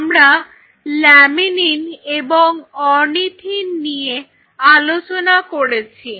আমরা ল্যামিনিন এবং অরনিথিন নিয়ে আলোচনা করেছি